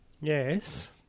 Yes